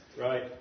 Right